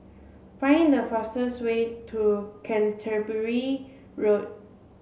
find the fastest way to Canterbury Road